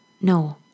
no